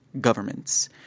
governments